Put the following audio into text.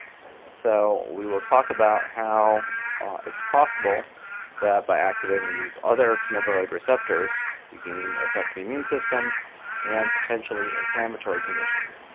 so we will talk about how it's possible that by activating these other cannabinoid receptors you can affect the immune system and potentially inflammatory conditions.